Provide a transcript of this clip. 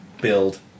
build